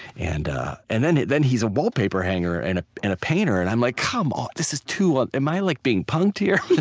and and then then he's a wallpaper hanger and ah and a painter, and i'm like, come on! this is too am i like being punked here?